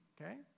okay